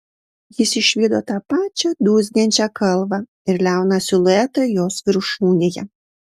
jis išvydo tą pačią dūzgiančią kalvą ir liauną siluetą jos viršūnėje